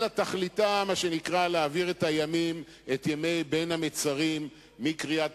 אלא ועדה אד-הוק שתכליתה להעביר את ימי בין-המצרים מקריאת